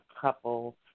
couple